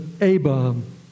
A-bomb